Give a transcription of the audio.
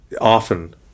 often